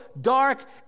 dark